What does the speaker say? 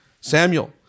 Samuel